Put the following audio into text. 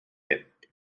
debt